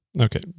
Okay